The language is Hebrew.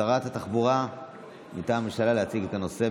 שרת התחבורה מטעם הממשלה, להציג את הנושא.